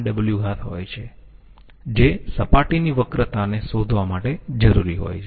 Rw હોય છે જે સપાટીની વક્રતાને શોધવા માટે જરૂરી હોય છે